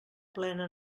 plena